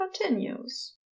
continues